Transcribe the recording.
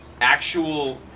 actual